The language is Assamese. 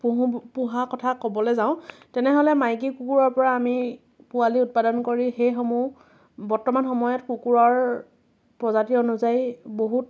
পোহো পোহা কথা ক'বলৈ যাওঁ তেনেহ'লে মাইকী কুকুৰৰ পৰা আমি পোৱালী উৎপাদন কৰি সেইসমূহ বৰ্তমান সময়ত কুকুৰৰ প্ৰজাতি অনুযায়ী বহুত